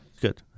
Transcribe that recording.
Good